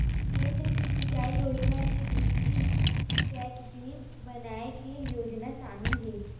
केन्द्र के सिचई योजना के भीतरी चेकडेम बनाए के योजना सामिल हे